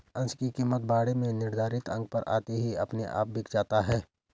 अंश की कीमत बाड़े में निर्धारित अंक पर आते ही अपने आप बिक जाता है